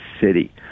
city